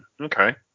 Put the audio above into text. Okay